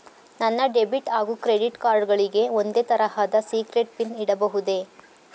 ನನ್ನ ಡೆಬಿಟ್ ಹಾಗೂ credit card ಗಳಿಗೆ ಒಂದೇ ತರಹದ ಸೀಕ್ರೇಟ್ ಪಿನ್ ಇಡಬಹುದೇ?